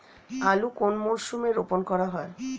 আলু কোন মরশুমে রোপণ করা হয়?